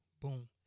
boom